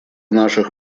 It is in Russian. наших